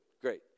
great